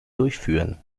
durchführen